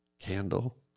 Candle